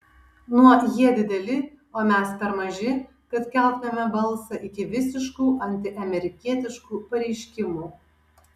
nuo jie dideli o mes per maži kad keltumėme balsą iki visiškų antiamerikietiškų pareiškimų